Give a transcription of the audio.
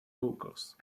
vocals